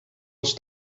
els